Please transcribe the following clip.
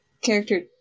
character